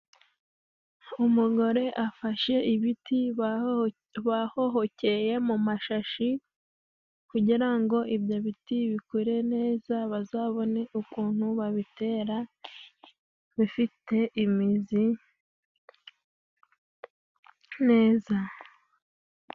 Umugore afashe ibiti bahohokeye mu mashashi kugira ngo ibyo biti bikure neza, bazabone ukuntu babitera bifite imizi neza.